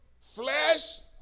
flesh